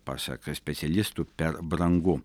pasak specialistų per brangu